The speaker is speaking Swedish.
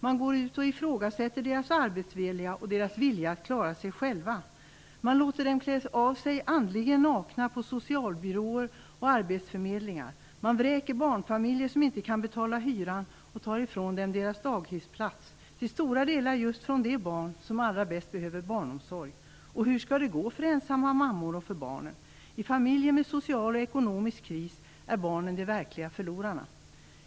Man ifrågasätter deras arbetsvilja och deras vilja att klara sig själva. Man låter dem klä av sig andligen nakna på socialbyråer och arbetsförmedlingar. Man vräker barnfamiljer som inte kan betala hyran och tar ifrån dem deras daghemsplats - till stora delar gäller det just de barn som allra bäst behöver barnomsorg. Hur skall de gå för ensamma mammor och barnen? I familjer med social och ekonomisk kris är barnen de verkliga förlorarna.